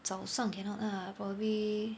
早上 cannot lah probably